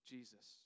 Jesus